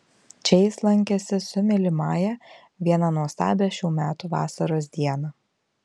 čia jis lankėsi su mylimąja vieną nuostabią šių metų vasaros dieną